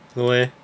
因为